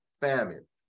famine